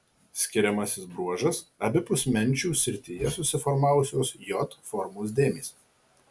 skiriamasis bruožas abipus menčių srityje susiformavusios j formos dėmės